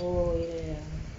oh ya ya ya